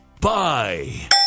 Bye